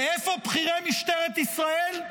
ואיפה בכירי משטרת ישראל?